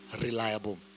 reliable